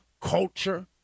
culture